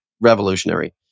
revolutionary